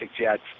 Jets